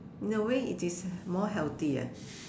in a way it is more healthy ah